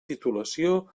titulació